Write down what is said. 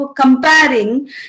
comparing